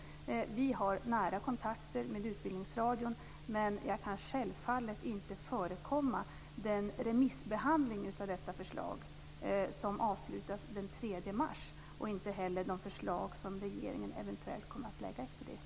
Vi har nära kontakter med Utbildningsradion, men jag kan självfallet inte förekomma den remissbehandling av detta förslag som avslutas den 3 mars och inte heller de förslag som regeringen eventuellt kommer att lägga fram efter det.